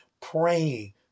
praying